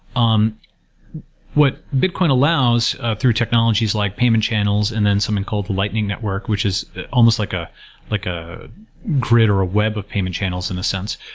um what bitcoin allows through technologies like payment channels and then something called the lightning network, which is almost like a like a grid or a web of payment channels in a sense.